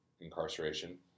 incarceration